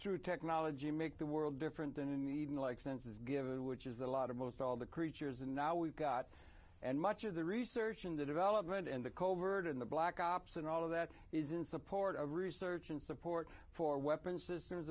through technology make the world different in an even like sense given which is a lot of most all the creatures and now we've got and much of the research into development and the covert in the black ops and all of that is in support of research and support for weapons systems